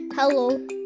Hello